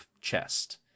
chest